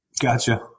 Gotcha